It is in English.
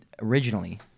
originally